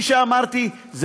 כפי שאמרתי,